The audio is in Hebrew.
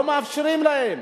לא מאפשרים להם,